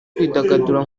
kwidagadura